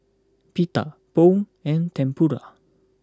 Pita Pho and Tempura